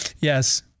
Yes